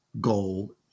goal